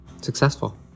successful